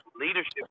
leadership